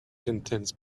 contains